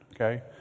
okay